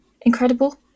Incredible